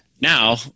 now